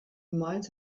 might